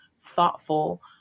thoughtful